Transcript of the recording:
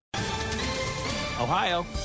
Ohio